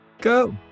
go